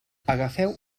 agafeu